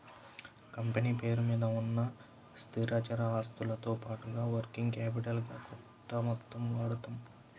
company పేరు మీద ఉన్న స్థిరచర ఆస్తులతో పాటుగా వర్కింగ్ క్యాపిటల్ గా కొంత మొత్తం వాడతాం